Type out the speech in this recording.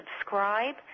subscribe